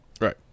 Right